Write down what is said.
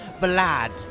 blood